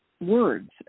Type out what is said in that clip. words